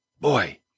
Boy